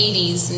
80s